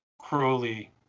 crowley